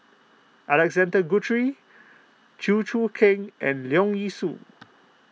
Alexander Guthrie Chew Choo Keng and Leong Yee Soo